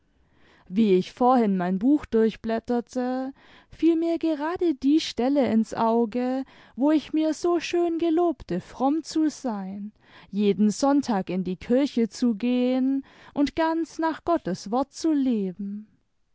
wie ich vorhin mein buch durchblätterte fiel mir gerade die stelle ins auge wo ich mir so schön gelobte fromm zu sein jeden sonntag in die kirche zu gehen und ganz nach gottes wort zu leben